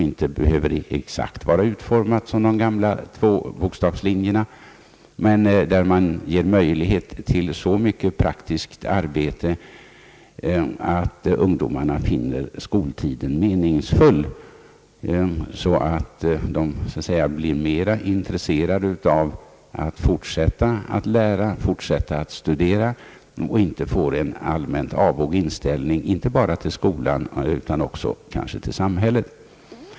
Detta behöver inte vara utformat exakt som de gamla tvåbokstavslinjerna, men bör ge möjlighet till så mycket praktiskt arbete, att ungdomarna finner skoltiden meningsfull, blir mera intresserade av att fortsätta att lära, fortsätta att studera och inte får en allmänt avog inställ ning, inte bara till skolan, utan också till samhället.